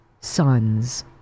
sons